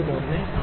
01 6